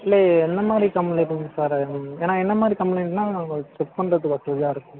இல்லை என்ன மாதிரி கம்ப்ளைண்ட்டுங்க சார் அது ஏன்னால் என்ன மாதிரி கம்ப்ளைண்ட்னா நாங்கள் செக் பண்ணுறதுக்கு வசதியாக இருக்கும்